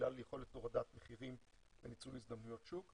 בגלל יכולת הורדת מחירים וניצול הזדמנויות שוק,